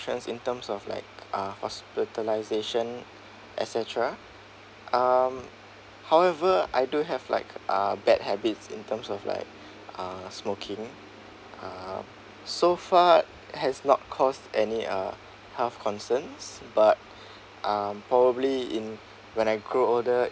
in terms of like uh hospitalisation et cetera um however I do have like uh bad habits in terms of like ah smoking ah so far has not caused any uh health concerns but probably in when I grow older